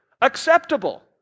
acceptable